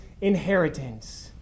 inheritance